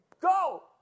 go